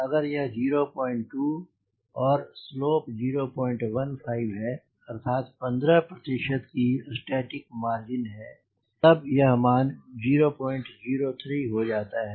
अगर यह 02 है और स्लोप 015 है अर्थात 15 की स्टैटिक मार्जिन है तब यह मान 003 हो जाता है